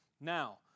Now